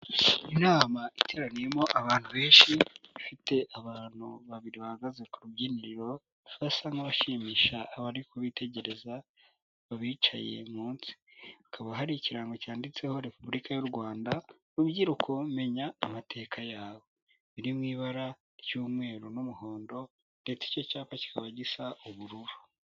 Inama iteraniyemo abantu benshi bafite abantu babiri bahagaze ku rubyiniro basa nk'abashimisha abari kubitegereza babicaye munsi, hakaba hari ikirango cyanditseho repubulika y'u Rwanda rubyiruko menya amateka yawe, biri mu ibara ry'umweru n'umuhondo ndetse icyo cyapa kikaba gisa ubururu.